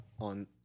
on